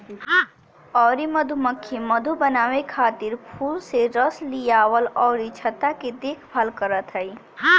अउरी मधुमक्खी मधु बनावे खातिर फूल से रस लियावल अउरी छत्ता के देखभाल करत हई